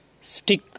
Stick